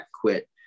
quit